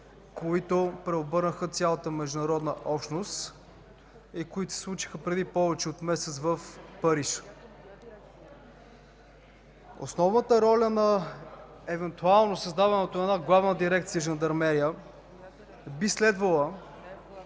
които преобърнаха цялата международна общност и които се случиха преди повече от месец в Париж. Основната роля на евентуалното създаване на Главна дирекция „Жандармерия” би следвало